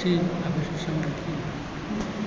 छी आब बेसी समय की